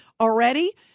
Already